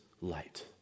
light